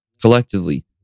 collectively